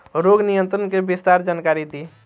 रोग नियंत्रण के विस्तार जानकारी दी?